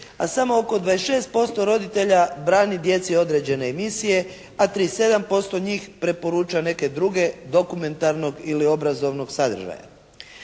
a samo oko 26% roditelja brani djeci određene emisije a 37% njih preporuča neke druge dokumentarnog ili obrazovnog sadržaja.